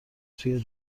توی